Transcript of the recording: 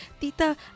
Tita